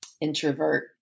introvert